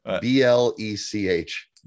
b-l-e-c-h